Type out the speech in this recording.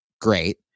Great